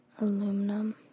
aluminum